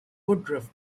woodruff